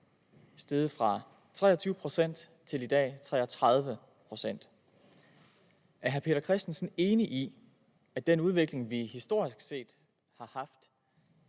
steg fra 23 pct. til i dag 33 pct. Er hr. Peter Christensen enig i, at den udvikling, vi historisk set har haft